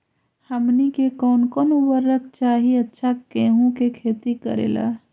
हमनी के कौन कौन उर्वरक चाही अच्छा गेंहू के खेती करेला?